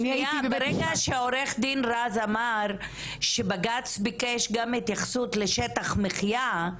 ברגע שעו"ד רז אמר שבג"צ ביקש גם התייחסות לשטח מחיה,